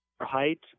height